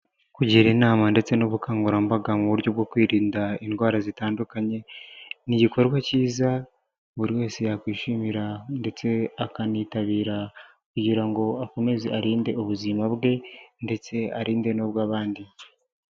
Kugira inama ndetse n'ubukangurambaga mu buryo bwo kwirinda indwara zitandukanye, ni igikorwa cyiza buri wese yakwishimira ndetse akanitabira, kugira ngo akomeze arinde ubuzima bwe ndetse arinde n'ubw'abandi.